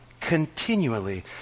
continually